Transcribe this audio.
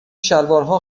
شلوارها